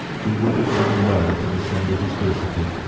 he would have done well to dissemble his felicity,